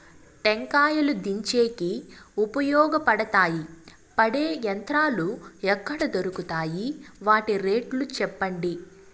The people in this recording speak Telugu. టెంకాయలు దించేకి ఉపయోగపడతాయి పడే యంత్రాలు ఎక్కడ దొరుకుతాయి? వాటి రేట్లు చెప్పండి?